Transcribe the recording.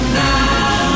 now